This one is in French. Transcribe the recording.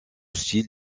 style